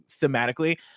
thematically